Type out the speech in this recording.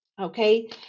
okay